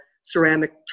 ceramic